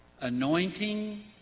anointing